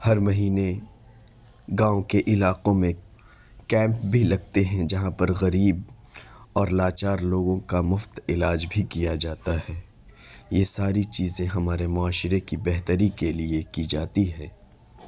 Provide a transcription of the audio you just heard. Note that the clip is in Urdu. ہر مہینے گاؤں کے علاقوں میں کیمپ بھی لگتے ہیں جہاں پر غریب اور لاچار لوگوں کا مفت علاج بھی کیا جاتا ہے یہ ساری چیزیں ہمارے معاشرے کی بہتری کے لیے جاتی ہے